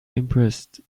impressed